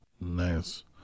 Nice